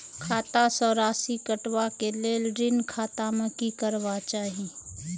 खाता स राशि कटवा कै लेल ऋण खाता में की करवा चाही?